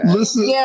Listen